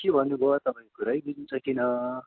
के भन्नुभयो तपाईँको कुरै बुझ्न सकिनँ